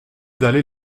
d’aller